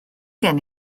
gen